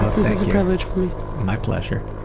ah this is a privilege for me. my pleasure.